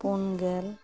ᱯᱩᱱᱜᱮᱞ